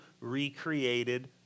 recreated